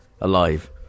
alive